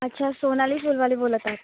अच्छा सोनाली फुलवाले बोलत आहात